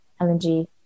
LNG